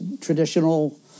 traditional